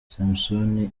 samson